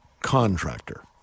contractor